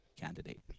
candidate